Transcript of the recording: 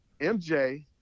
MJ